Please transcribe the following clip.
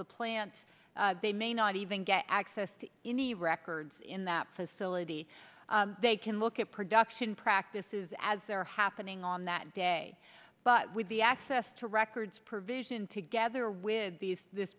the plant they may not even get access to any records in that facility they can look at production practices as they're happening on that day but with the access to records provision together with th